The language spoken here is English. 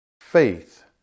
Faith